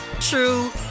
true